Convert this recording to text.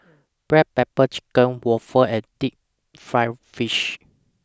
Black Pepper Chicken Waffle and Deep Fried Fish